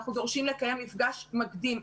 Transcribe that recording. אנחנו דורשים לקיים מפגש מקדים,